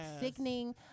sickening